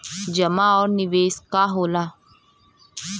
जमा और निवेश का होला?